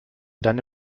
deine